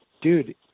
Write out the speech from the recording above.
dude